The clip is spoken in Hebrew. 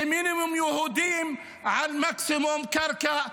ומינימום יהודים על מקסימום קרקע.